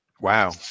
Wow